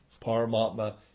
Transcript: Paramatma